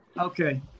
Okay